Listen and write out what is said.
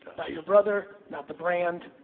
not your brother, not the brand,